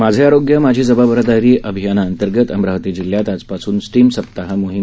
माझे आरोग्य माझी जबाबदारी अभियाना अंतर्गत अमरावती जिल्ह्यात आजपासून स्पीम सप्ताह मोहीम